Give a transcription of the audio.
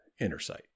Intersight